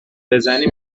بزنی